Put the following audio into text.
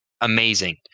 amazing